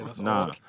nah